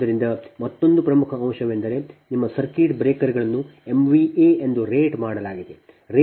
ಆದ್ದರಿಂದ ಮತ್ತೊಂದು ಪ್ರಮುಖ ಅಂಶವೆಂದರೆ ನಿಮ್ಮ ಸರ್ಕ್ಯೂಟ್ ಬ್ರೇಕರ್ಗಳನ್ನು MVA ಎಂದು ರೇಟ್ ಮಾಡಲಾಗಿದೆ